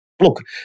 look